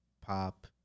pop